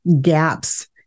gaps